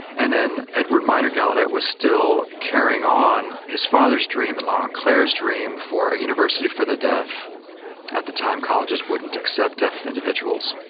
and then edward miner gallaudet was still carrying on his father's dream and laurent clerc's dream for a university for the deaf at the time colleges wouldn't accept deaf individuals.